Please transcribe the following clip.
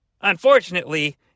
unfortunately